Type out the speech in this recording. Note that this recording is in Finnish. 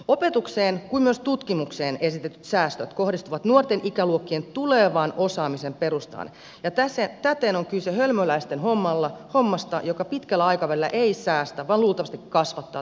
opetukseen kuin myös tutkimukseen esitetyt säästöt kohdistuvat nuorten ikäluokkien tulevan osaamisen perustaan ja täten on kyse hölmöläisten hommasta joka pitkällä aikavälillä ei säästä vaan luultavasti kasvattaa tulevaisuuden kustannuksia